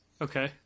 Okay